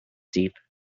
deep